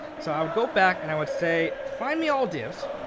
so i would go back, and i would say, find me all divs